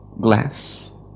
glass